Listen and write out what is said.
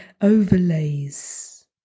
overlays